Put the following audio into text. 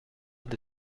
the